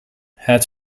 had